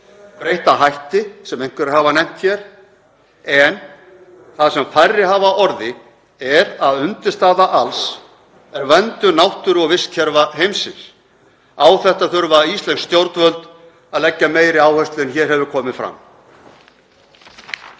breytta hætti, sem einhverjir hafa nefnt hér, en það sem færri hafa á orði er að undirstaða alls er verndun náttúru og vistkerfa heimsins. Á þetta þurfa íslensk stjórnvöld að leggja meiri áherslu en hér hefur komið fram.